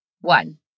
One